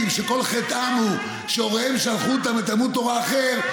שכל חטאם הוא שהוריהם שלחו אותם לתלמוד תורה אחר,